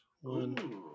one